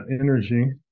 energy